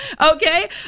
Okay